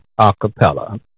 Acapella